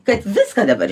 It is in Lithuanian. kad viską dabar